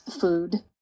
food